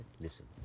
listen